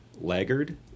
Laggard